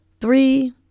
three